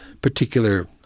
particular